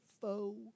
foe